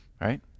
right